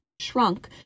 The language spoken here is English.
shrunk